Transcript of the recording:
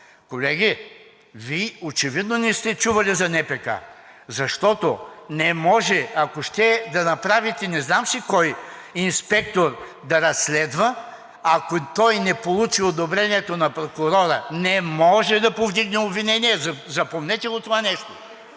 Колеги, Вие очевидно не сте чували за НПК, защото не може, ако ще да направите не знам си кой инспектор да разследва, ако той не получи одобрението на прокурора, не може да повдигне обвинение. Запомнете го това нещо.